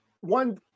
one